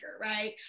right